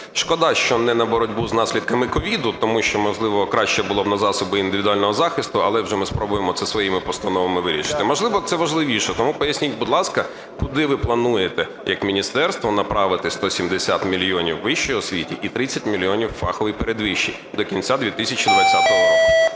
Шкода, що не на боротьбу з наслідками COVID, тому що, можливо, краще було б на засоби індивідуального захисту, але вже ми спробуємо це своїми постановами вирішити. Можливо, це важливіше. Тому поясніть, будь ласка, куди ви плануєте як міністерство направити 170 мільйонів вищій освіті і 30 мільйонів фаховій передвищій до кінця 2020 року?